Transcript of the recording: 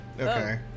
okay